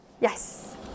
Yes